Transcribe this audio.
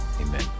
amen